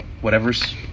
whatever's